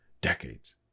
decades